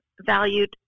valued